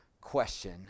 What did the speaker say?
question